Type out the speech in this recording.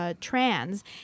Trans